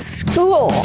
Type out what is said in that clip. school